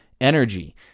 energy